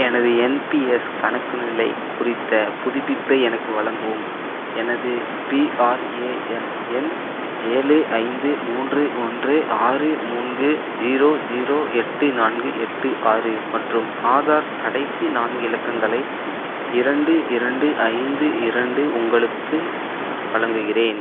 எனது N P S கணக்கு நிலை குறித்த புதுப்பிப்பை எனக்கு வழங்கவும் எனது பிஆர்ஏஎன் எண் ஏழு ஐந்து மூன்று ஒன்று ஆறு மூன்று ஜீரோ ஜீரோ எட்டு நான்கு எட்டு ஆறு மற்றும் ஆதார் கடைசி நான்கு இலக்கங்களை இரண்டு இரண்டு ஐந்து இரண்டு உங்களுக்கு வழங்குகிறேன்